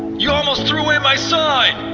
you almost threw away my sign!